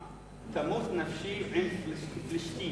"תמות נפשי עם פלשתים"?